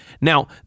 Now